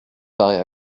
paraît